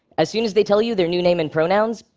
as soon as they tell you their new name and pronouns,